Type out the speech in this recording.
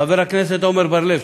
חבר הכנסת עמר בר-לב,